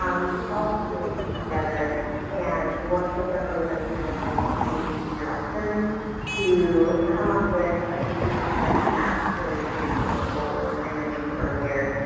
um we took all this information together and worked with the early learning council and agency directors to come up with a streak plan that maps to those three system goals i mentioned earlier.